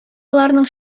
аларның